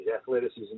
athleticism